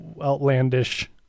outlandish